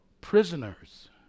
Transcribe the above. prisoners